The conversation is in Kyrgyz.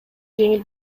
жеңил